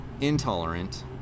intolerant